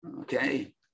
Okay